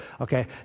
okay